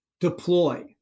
deploy